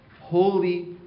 holy